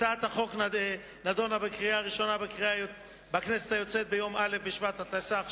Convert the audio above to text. הצעת החוק נדונה בקריאה הראשונה בכנסת היוצאת ביום א' בשבט התשס"ח,